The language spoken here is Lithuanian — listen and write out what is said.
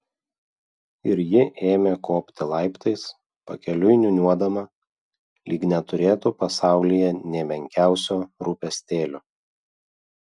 ir ji ėmė kopti laiptais pakeliui niūniuodama lyg neturėtų pasaulyje nė menkiausio rūpestėlio